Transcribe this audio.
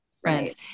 friends